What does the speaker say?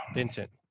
Vincent